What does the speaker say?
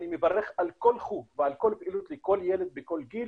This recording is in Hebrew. מברך על כל חוג ועל כל פעילות לכל ילד ובכל גיל